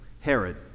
Herod